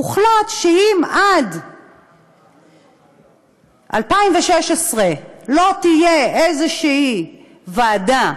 הוחלט שאם עד 2016 לא תהיה איזושהי ועדה